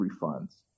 refunds